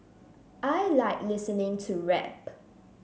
I like listening to rap